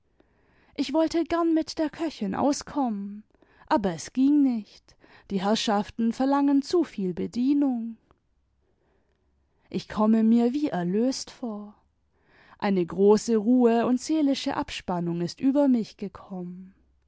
ich wollte gern mit der köchin auskommen aber es ging nicht die herrschaften verlangen zu viel bedienung ich komme mir wie erlöst vor eine große ruhe und seelische abspannung ist über mich gekommen